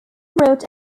wrote